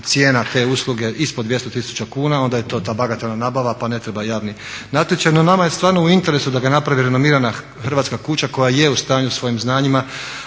cijena te usluge ispod 200 tisuća kuna, onda je to ta bagatelna nabava pa ne treba javni natječaj. No, nama je stvarno u interesu da ga napravi renomirana hrvatska kuća koja je u stanju svojim znanjima